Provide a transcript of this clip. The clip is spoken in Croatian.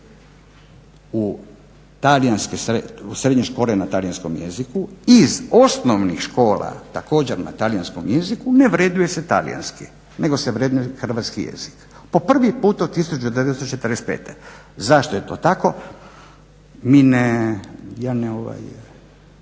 srednje škole na talijanskom jeziku iz osnovnih škola također na talijanskom jeziku ne vrednuje se talijanski, nego se vrednuje hrvatski jezik. Po prvi put od 1945. Zašto je to tako? Mi ne,